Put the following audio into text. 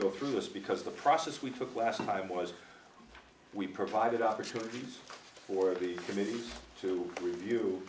go through this because the process we took last time was we provided opportunities for the committee to review